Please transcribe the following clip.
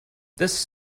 this